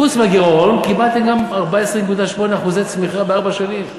חוץ מהגירעון קיבלתם גם 14.8% צמיחה בארבע שנים,